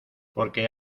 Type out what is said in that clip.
porque